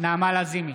נעמה לזימי,